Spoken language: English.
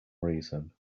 reason